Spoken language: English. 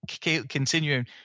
continuing